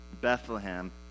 Bethlehem